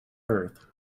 earth